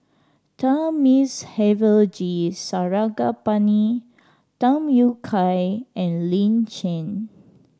Thamizhavel G Sarangapani Tham Yui Kai and Lin Chen